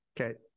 Okay